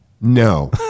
no